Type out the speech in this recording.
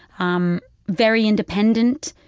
um very independent.